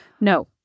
No